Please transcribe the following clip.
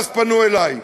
ואז פנו אלי.